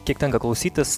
kiek tenka klausytis